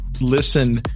Listen